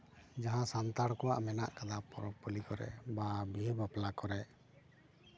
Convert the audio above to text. ᱡᱟᱦᱟᱸ ᱥᱟᱱᱛᱟᱲ ᱠᱚᱣᱟᱜ ᱢᱮᱱᱟᱜ ᱠᱟᱫᱟ ᱯᱚᱨᱚᱵᱽ ᱯᱟᱹᱞᱤ ᱠᱚᱨᱮᱫ ᱵᱟ ᱵᱤᱦᱟᱹ ᱵᱟᱯᱞᱟ ᱠᱚᱨᱮᱫ